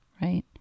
Right